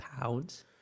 pounds